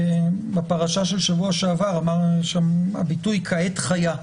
בפרשה של שבוע שעבר אמרנו את הביטוי "כעת חיה".